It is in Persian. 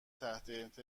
تجارت